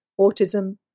autism